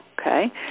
okay